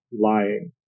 lying